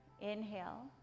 Inhale